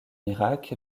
irak